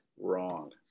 wrong